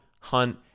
hunt